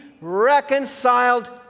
reconciled